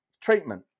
treatment